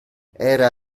era